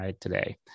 today